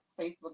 Facebook